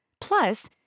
Plus